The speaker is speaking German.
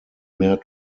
mehr